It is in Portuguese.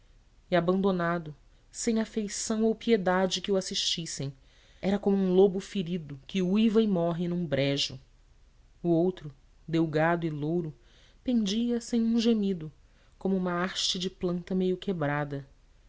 e abandonado sem afeição ou piedade que o assistissem era como um lobo ferido que uiva e morre num brejo o outro delgado e louro pendia sem um gemido como uma haste de planta meio quebrada